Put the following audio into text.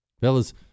Fellas